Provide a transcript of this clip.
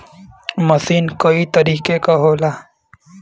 मसीन कई तरीके क होला